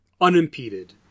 unimpeded